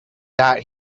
that